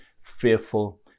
fearful